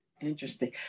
Interesting